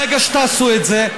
ברגע שתעשו את זה,